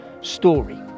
story